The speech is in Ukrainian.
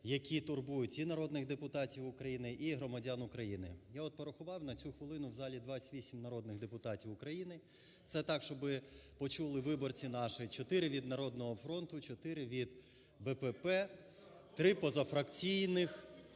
які турбують і народних депутатів України, і громадян України. Я, от, порахував, на цю хвилину в залі 28 народних депутатів України. Це так, щоб почули виборці наші. Чотири від "Народного фронту", чотири від БПП, три позафракційних,